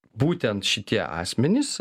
būtent šitie asmenys